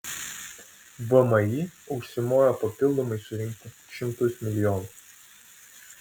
vmi užsimojo papildomai surinkti šimtus milijonų